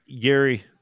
Gary